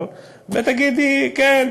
ותגידי: כן,